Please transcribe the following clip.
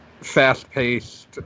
fast-paced